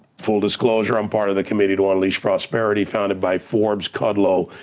full disclosure, i'm part of the committee to unleash prosperity, founded by forbes, kudlow,